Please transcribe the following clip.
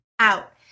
out